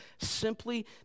Simply